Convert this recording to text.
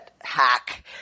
hack